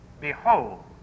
Behold